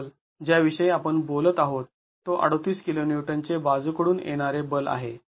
shear बल ज्या विषयी आपण बोलत आहोत तो ३८ kN चे बाजू कडून येणारे बल आहे